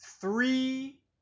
three